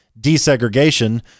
desegregation